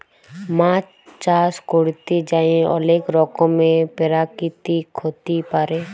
মাছ চাষ ক্যরতে যাঁয়ে অলেক রকমের পেরাকিতিক ক্ষতি পারে